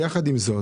יחד עם זאת